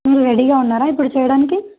మీరు రెడీగా ఉన్నారా ఇప్పుడు చేయడానికి